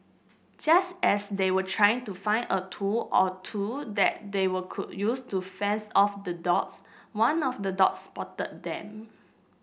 just as they were trying to find a tool or two that they were could use to fends off the dogs one of the dogs spotted them